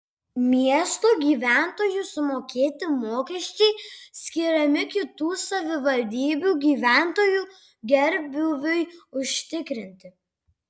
miesto gyventojų sumokėti mokesčiai skiriami kitų savivaldybių gyventojų gerbūviui užtikrinti